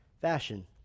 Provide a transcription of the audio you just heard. fashion